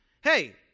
Hey